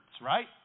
right